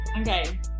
Okay